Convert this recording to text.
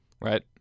right